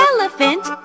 Elephant